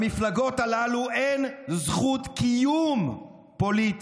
למפלגות הללו אין זכות קיום פוליטי.